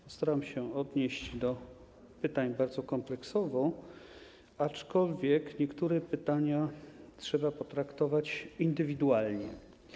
Postaram się odnieść do pytań bardzo kompleksowo, aczkolwiek niektóre pytania trzeba potraktować indywidualnie.